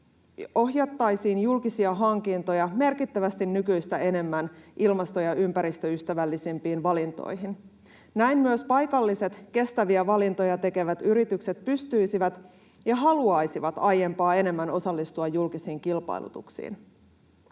ohjattaisiin julkisia hankintoja merkittävästi nykyistä enemmän ilmasto- ja ympäristöystävällisempiin valintoihin. Näin myös paikalliset kestäviä valintoja tekevät yritykset pystyisivät osallistumaan ja haluaisivat aiempaa enemmän osallistua julkisiin kilpailutuksiin.